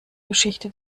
geschichte